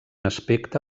aspecte